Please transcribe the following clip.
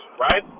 right